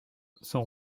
son